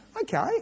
okay